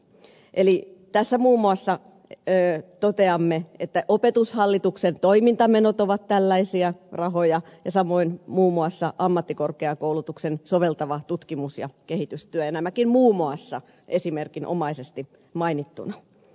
tässä muun muassa toteamme että opetushallituksen toimintamenot ovat tällaisia rahoja ja samoin muun muassa ammattikorkeakoulutuksen soveltava tutkimus ja kehitystyö ja nämäkin muun muassa esimerkinomaisesti mainittuina